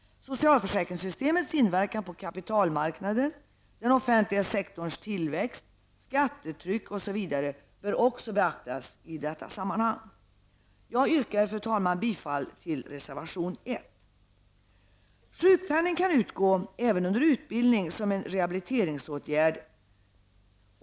Socialförsäkringssystemets inverkan på kapitalmarknaden, den offentliga sektorns tillväxt, skattetryck osv. bör också beaktas i detta sammanhang. Jag yrkar, fru talman, bifall till reservation 1. Sjukpenning kan utgå även under utbildning som en rehabiliteringsåtgärd.